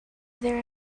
there